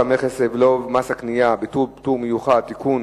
הבלו ומס הקנייה (ביטול פטור מיוחד) (תיקון),